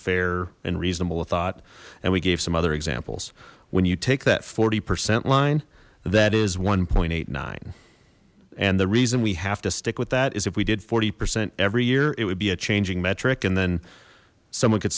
fair and reasonably thought and we gave some other examples when you take that forty percent line that is one point eight nine and the reason we have to stick with that is if we did forty percent every year it would be a changing metric and then someone could